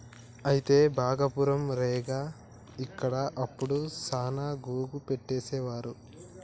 అయితే భాగపురం రేగ ఇక్కడ అప్పుడు సాన గోగు పట్టేసేవారు